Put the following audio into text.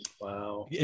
Wow